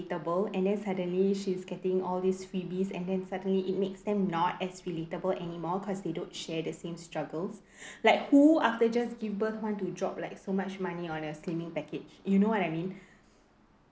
and then suddenly she is getting all these freebies and then suddenly it makes them not as relatable anymore cause they don't share the same struggles like who after just give birth want to drop like so much money on a slimming package you know what I mean